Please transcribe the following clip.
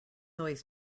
always